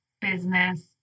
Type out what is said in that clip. business